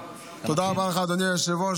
תודה רבה לך, אדוני היושב-ראש.